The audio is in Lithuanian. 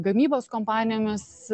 gamybos kompanijomis